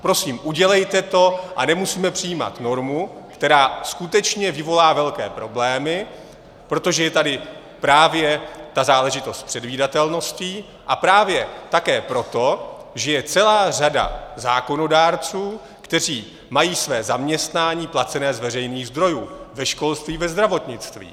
Prosím, udělejte to a nemusíme přijímat normu, která skutečně vyvolá velké problémy, protože je tady právě ta záležitost s předvídatelností a právě také proto, že je celá řada zákonodárců, kteří mají své zaměstnání placené z veřejných zdrojů ve školství, ve zdravotnictví.